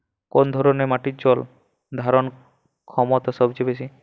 কোন ধরণের মাটির জল ধারণ ক্ষমতা সবচেয়ে বেশি?